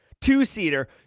two-seater